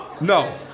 No